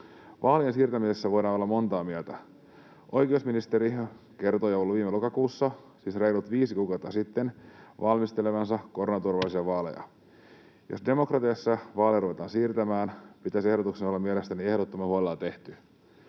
Vaalien siirtämisestä voidaan olla montaa mieltä. Oikeusministeri kertoi jo viime lokakuussa, siis reilut viisi kuukautta sitten, valmistelevansa koronaturvallisia vaaleja. Jos demokratiassa vaaleja ruvetaan siirtämään, pitäisi ehdotuksen olla mielestäni ehdottoman huolella tehty.